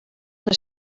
les